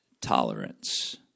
Tolerance